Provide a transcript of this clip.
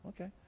okay